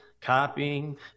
copying